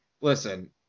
listen